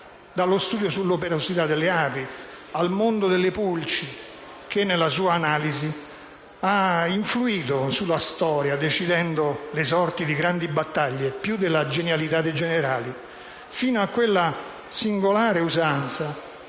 dallo studio sull'operosità delle api al mondo delle pulci - che, nella sua analisi, ha influito sulla storia, decidendo le sorti di grandi battaglie più che la genialità dei generali - fino a quella singolare usanza